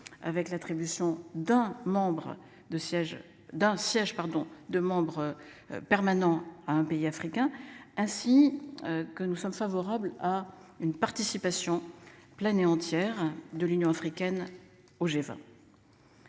de sièges d'un siège pardon de membre. Permanent à un pays africain ainsi. Que nous sommes favorables à une participation pleine et entière de l'Union africaine au G20.